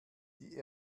die